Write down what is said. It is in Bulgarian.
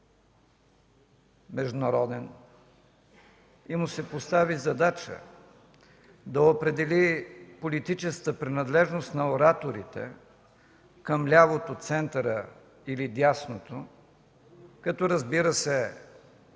международен, и му се постави задача да определи политическата принадлежност на ораторите към лявото, центъра или дясното, като разбира се